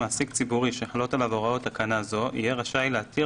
מעסיק ציבורי שחלות עליו הוראות תקנה זו יהיה רשאי להתיר